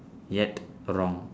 yet wrong